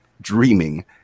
dreaming